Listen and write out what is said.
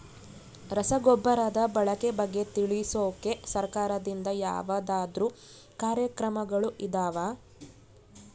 ರಸಗೊಬ್ಬರದ ಬಳಕೆ ಬಗ್ಗೆ ತಿಳಿಸೊಕೆ ಸರಕಾರದಿಂದ ಯಾವದಾದ್ರು ಕಾರ್ಯಕ್ರಮಗಳು ಇದಾವ?